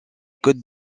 côtes